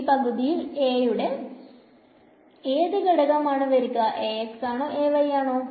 ഈ പകുത്തായിൽ A യുടെ ഏത് ഘടകം ആണ് വരിക ആണോ ആണോ